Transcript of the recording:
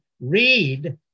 read